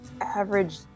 average